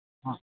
હા